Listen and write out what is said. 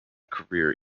career